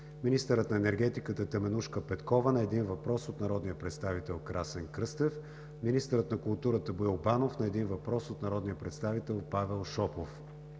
министърът на енергетиката Теменужка Петкова на един въпрос от народния представител Красен Кръстев; - министърът на културата Боил Банов на един въпрос от народния представител Павел Шопов;